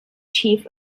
chief